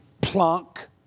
plunk